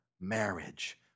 marriage